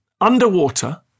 underwater